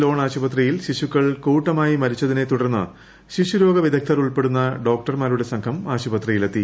loan ആശുപത്രിയിൽ ശിശുക്കൾ കൂട്ടമായി മരിച്ചതിനെ തുടർന്ന് ശിശുരോഗ വിദഗ്ധർ ഉൾപ്പെടുന്ന ഡോക്ടർമാരുടെ സംഘം ആശുപത്രിയിലെത്തി